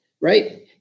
right